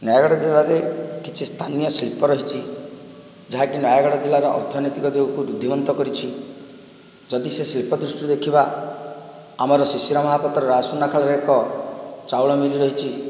ନୟାଗଡ଼ ଜିଲ୍ଲାରେ କିଛି ସ୍ଥାନୀୟ ଶିଳ୍ପ ରହିଛି ଯାହାକି ନୟାଗଡ଼ ଜିଲ୍ଲାର ଅର୍ଥନୈତିକ ରୁଧିବନ୍ତ କରିଛି ଯଦି ସେ ଶିଳ୍ପ ଦୃଷ୍ଟିରୁ ଦେଖିବା ଆମର ସୁଶୀଳା ମହାପାତ୍ର ରାଜ ସୁନାଖଳାରେ ଏକ ଚାଉଳ ମିଲ ରହିଛି